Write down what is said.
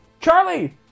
Charlie